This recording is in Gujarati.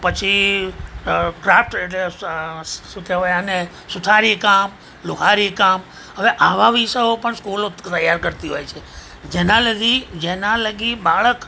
પછી ક્રાફ્ટ એટલે શું કહેવાય આને સુથારી કામ લુહારી કામ હવે આવા વિષયો પણ સ્કૂલો તૈયાર કરતી હોય છે જેના લગી જેના લગી બાળક